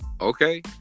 Okay